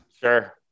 Sure